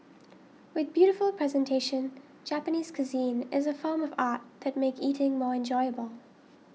with beautiful presentation Japanese cuisine is a form of art that make eating more enjoyable